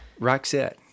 Roxette